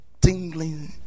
tingling